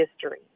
history